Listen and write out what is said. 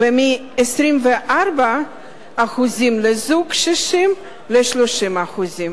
ומ-24% לזוג קשישים ל-30%.